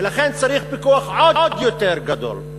ולכן צריך פיקוח עוד יותר גדול.